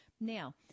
Now